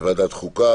החוקה.